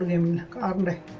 in um the